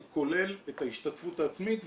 הוא כולל את ההשתתפות העצמית,